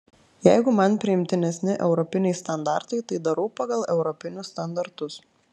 jeigu man priimtinesni europiniai standartai tai darau pagal europinius standartus